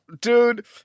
dude